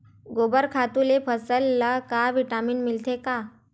गोबर खातु ले फसल ल का विटामिन मिलथे का?